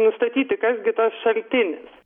nustatyti kas gi tas šaltinis